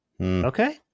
Okay